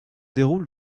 déroule